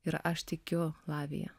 ir aš tikiu lavija